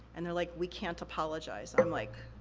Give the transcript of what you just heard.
and they're like, we can't apologize. i'm like.